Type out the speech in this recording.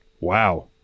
Wow